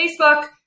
Facebook